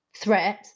threat